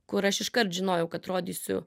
kur aš iškart žinojau kad rodysiu